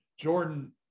Jordan